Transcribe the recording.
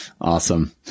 Awesome